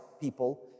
people